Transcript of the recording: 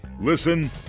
Listen